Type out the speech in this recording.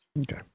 Okay